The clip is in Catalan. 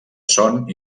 son